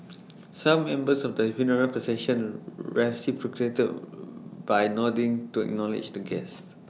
some members of the funeral procession reciprocated by nodding to acknowledge the guests